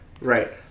Right